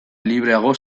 libreago